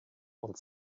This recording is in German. und